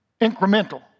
Incremental